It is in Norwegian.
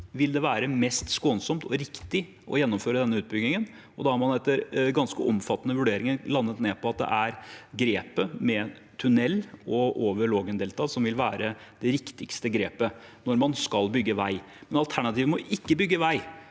vil det være mest skånsomt og riktig å gjennomføre denne utbyggingen? Da har man etter ganske omfattende vurderinger landet på at det er grepet med tunnel og bro over Lågendeltaet som vil være det riktigste grepet når man skal bygge vei. Alternativet med ikke å bygge vei